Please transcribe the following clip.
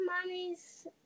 mommy's